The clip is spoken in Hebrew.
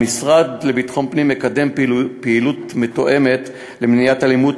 המשרד לביטחון פנים מקדם פעילות מתואמת למניעת אלימות,